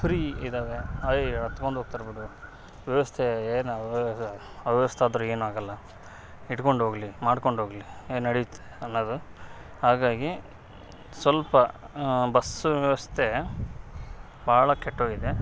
free ಇದ್ದಾವೆ ಐ ಹತ್ಕೊಂಡೋಗ್ತಾರೆ ಬಿಡು ವ್ಯವಸ್ತೆ ಏನು ಅವಸ್ಥೆ ಆದ್ರೆ ಏನೂ ಆಗೋಲ್ಲ ಇಟ್ಟ್ಕೊಂಡೋಗಲಿ ಮಾಡ್ಕೊಂಡೋಗಲಿ ಹೆ ನಡಿತ್ತೇ ಅನ್ನೋದು ಹಾಗಾಗಿ ಸ್ವಲ್ಪ ಬಸ್ಸ್ ವ್ಯವಸ್ಥೆ ಭಾಳ ಕೆಟ್ಟೋಗಿದೆ